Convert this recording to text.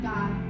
God